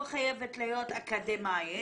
לא חייבת להיות אקדמאית,